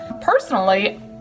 Personally